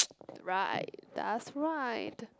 right that's right